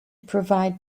provide